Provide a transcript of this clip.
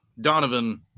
Donovan